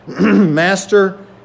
Master